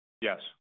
Yes